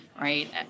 right